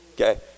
okay